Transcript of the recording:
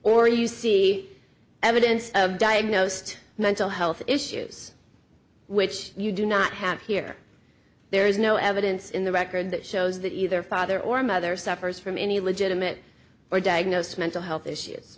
or you see evidence of diagnosed mental health issues which you do not have here there is no evidence in the record that shows that either father or mother suffers from any legitimate or diagnosed mental health issues